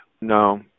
No